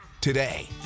today